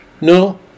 No